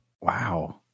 Wow